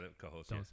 co-host